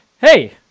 hey